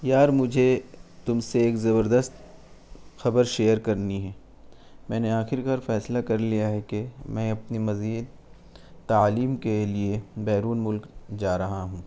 یار مجھے تم سے ایک زبردست خبر شیئر کرنی ہے میں نے آخر کار فیصلہ کر لیا ہے کہ میں اپنی مزید تعلیم کے لیے بیرون ملک جا رہا ہوں